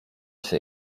się